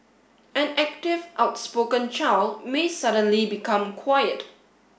an active outspoken child may suddenly become quiet